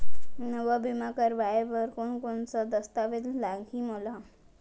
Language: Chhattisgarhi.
नवा बीमा करवाय बर कोन कोन स दस्तावेज लागही मोला?